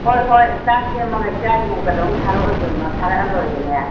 ꯍꯣꯏ ꯍꯣꯏ ꯆꯥꯛ ꯁꯦꯝꯃꯒ ꯏꯆꯥꯒꯤꯕꯨ ꯀꯩꯗꯧꯟ ꯊꯥꯔꯛꯑꯣꯏꯗꯣꯏꯅꯣ ꯊꯥꯔꯛꯑꯒ ꯂꯣꯏꯔꯦꯅꯦ